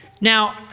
Now